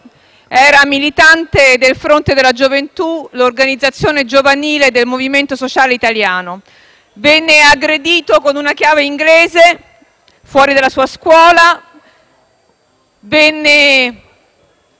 era militante del Fronte della gioventù, l'organizzazione giovanile del Movimento sociale italiano. Egli venne aggredito con una chiave inglese fuori dalla sua scuola, con